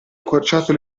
accorciato